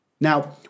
Now